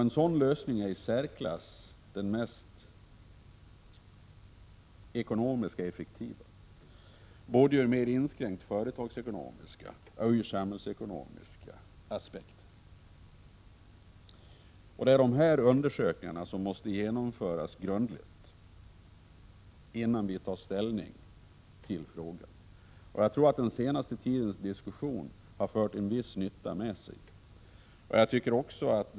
En sådan lösning är den i särklass mest ekonomiska och mest effektiva både ur mer inskränkt företagsekonomiska aspekter och ur samhällsekonomiska aspekter. Undersökningar på dessa områden måste göras grundligt, innan vi tar ställning i frågan. Jag tror att den senaste tidens diskussion har varit till en viss nytta.